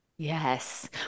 Yes